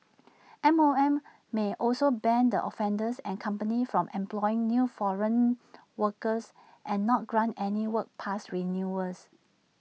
M O M may also ban the offender and company from employing new foreign workers and not grant any work pass renewals